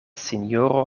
sinjoro